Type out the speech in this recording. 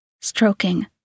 Stroking